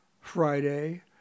Friday